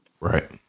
right